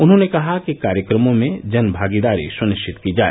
उन्होंने कहा कि कार्यक्रमों में जनभागीदारी सुनिश्चित की जाय